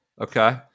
okay